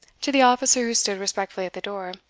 to the officer who stood respectfully at the door,